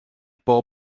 bob